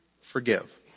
forgive